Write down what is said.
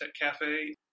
Cafe